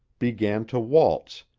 began to waltz,